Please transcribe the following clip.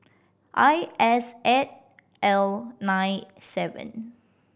I S eight L nine seven